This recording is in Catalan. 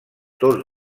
tots